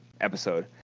episode